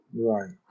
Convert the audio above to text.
Right